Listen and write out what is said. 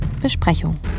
Besprechung